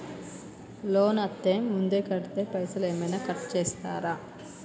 Loan అత్తే ముందే కడితే పైసలు ఏమైనా కట్ చేస్తరా?